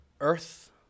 earth